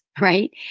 right